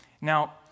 Now